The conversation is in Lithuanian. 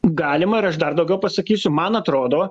galima ir aš dar daugiau pasakysiu man atrodo